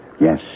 Yes